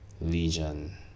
legion